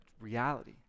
reality